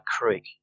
Creek